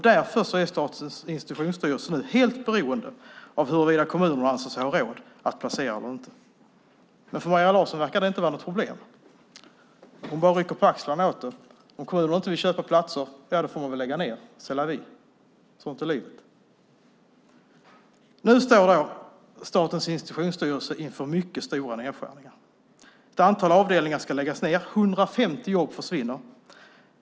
Därför är Statens institutionsstyrelse nu helt beroende av huruvida kommunerna anser sig ha råd att placera eller inte. För Maria Larsson verkar det inte vara något problem. Hon bara rycker på axlarna åt det. Om kommunerna inte vill köpa platser får man väl lägga ned. C'est la vie. Sån't är livet. Nu står Statens institutionsstyrelse inför mycket stora nedskärningar. Ett antal avdelningar ska läggas ned. 150 jobb försvinner.